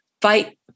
fight